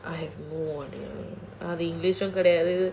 indescent கெடயாது:kedayaathu